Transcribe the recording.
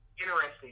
interesting